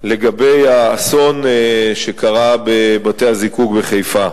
לגבי האסון שקרה בבתי-הזיקוק בחיפה,